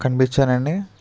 కనిపించానా అండి